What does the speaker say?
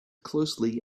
closely